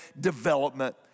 development